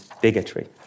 bigotry